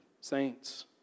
saints